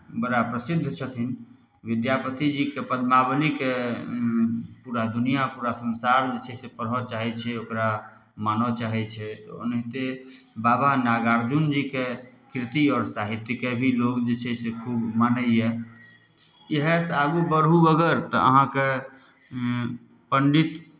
बड़ा प्रसिद्ध छथिन विद्यापतिजीके पद्मावलिके पूरा दुनिआँ पूरा संसार जे छै से पढ़य चाहै छै ओकरा मानय चाहै छै ओनाहिते बाबा नागार्जुन जीके कीर्ति आओर साहित्यकेँ भी लोक जे छै से खूब मानैए इएहसँ आगू बढ़ू अगर तऽ अहाँकेँ पण्डित